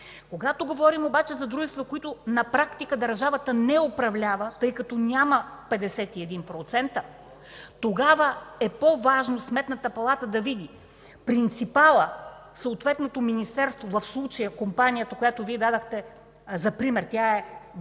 Когато говорим обаче за дружества, където на практика държавата не управлява, тъй като няма 51 процента държавно участие, тогава е по-важно Сметната палата да види принципала – съответното министерство, в случая компанията, която дадохте за пример, тя е в